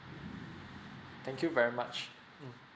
thank you very much mm